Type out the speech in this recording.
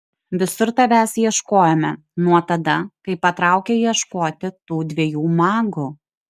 visur tavęs ieškojome nuo tada kai patraukei ieškoti tų dviejų magų